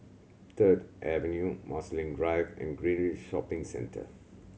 Third Avenue Marsiling Drive and Greenridge Shopping Centre